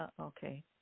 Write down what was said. okay